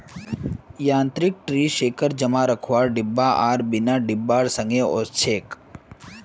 यांत्रिक tree shaker जमा रखवार डिब्बा आर बिना डिब्बार संगे ओसछेक